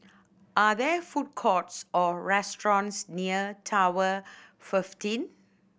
are there food courts or restaurants near Tower fifteen